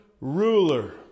ruler